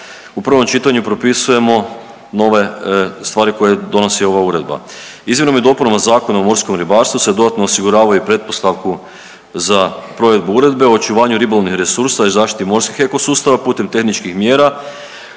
u prvom čitanju propisujemo nove stvari koje donosi ova uredba. Izmjenama i dopunama Zakona o morskom ribarstvu se dodatno osigurava i pretpostavku za provedbu Uredbe o očuvanju ribolovnih resursa i zaštiti morskih ekosustava putem tehničkih mjera